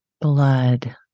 blood